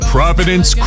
Providence